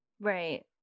Right